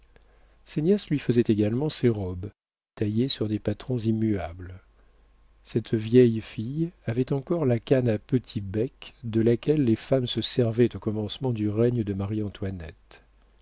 ses nièces lui faisaient également ses robes taillées sur des patrons immuables cette vieille fille avait encore la canne à petit bec de laquelle les femmes se servaient au commencement du règne de marie-antoinette